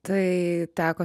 tai teko